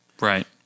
Right